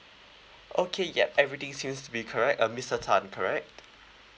okay yup everything seems to be correct uh mister tan correct